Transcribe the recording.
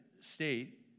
state